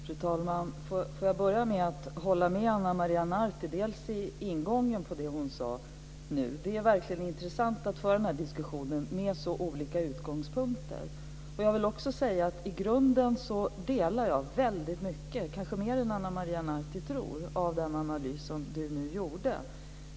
Fru talman! Får jag börja med att hålla med Ana Maria Narti, till att börja med i ingången till det hon sade nu. Det är verkligen intressant att föra den här diskussionen med så olika utgångspunkter. Jag vill också säga att i grunden delar jag väldigt mycket, kanske mer än Ana Maria Narti tror, av den analys som hon nu gjorde.